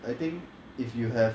I think if you have